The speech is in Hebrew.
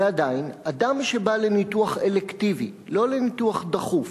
ועדיין, אדם שבא לניתוח אלקטיבי, לא לניתוח דחוף,